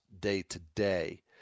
day-to-day